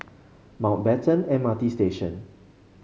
Mountbatten M R T Station